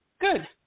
Good